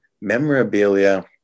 Memorabilia